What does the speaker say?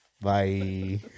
Bye